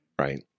right